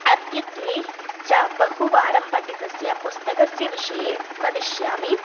अद्यत्वे च बहुवारं पठितस्य पुस्तकस्य विषये वदिष्यामि